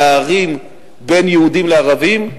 פערים בין יהודים לערבים,